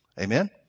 Amen